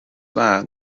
dda